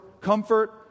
comfort